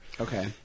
Okay